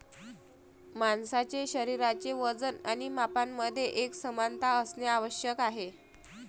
माणसाचे शरीराचे वजन आणि मापांमध्ये एकसमानता असणे आवश्यक आहे